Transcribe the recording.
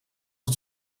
het